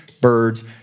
birds